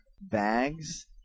bags